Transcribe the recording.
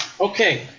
Okay